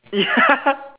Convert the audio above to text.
ya